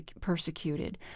persecuted